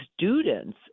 students